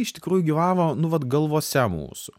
iš tikrųjų gyvavo nu vat galvose mūsų